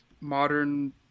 modern